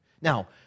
Now